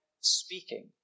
speaking